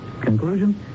Conclusion